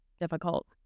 difficult